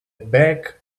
back